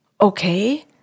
okay